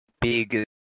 big